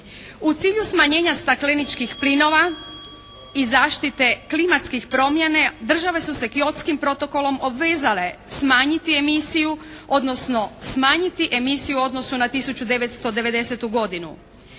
U cilju smanjenja stakleničkih plinova i zaštite klimatskih promjene države su se Kyotskim protokolom obvezale smanjiti emisiju, odnosno smanjiti